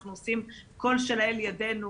אנחנו עושים כל שלאל ידנו,